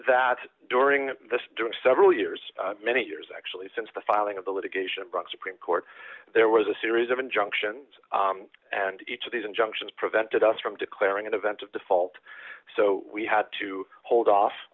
that during the during several years many years actually since the filing of the litigation brought supreme court there was a series of injunctions and each of these injunctions prevented us from declaring an event of default so we had to hold off